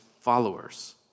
followers